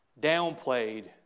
downplayed